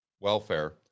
welfare